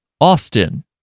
Austin